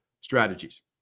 strategies